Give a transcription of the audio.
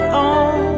on